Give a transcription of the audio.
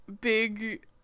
big